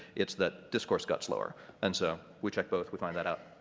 it's that discourse got slower and so we check both, we find that out.